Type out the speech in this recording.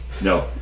No